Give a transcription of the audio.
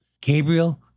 Gabriel